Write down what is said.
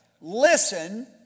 Listen